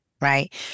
right